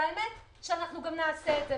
והאמת היא שאנחנו נעשה את זה,